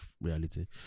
reality